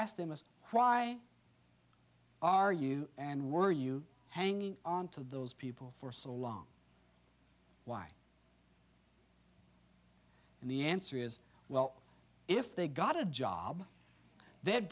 ask them is why are you and were you hanging on to those people for so long why and the answer is well if they got a job th